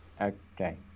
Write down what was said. Okay